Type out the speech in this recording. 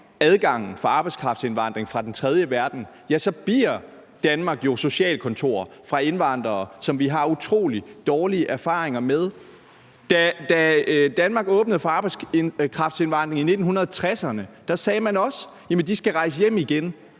adgangen for arbejdskraftindvandring fra den tredje verden, for så bliver Danmark jo et socialkontor for indvandrere, som vi har utrolig dårlige erfaringer med. Da Danmark åbnede for arbejdskraftindvandringen i 1960'erne, sagde man også, at de skulle rejse hjem igen,